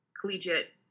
collegiate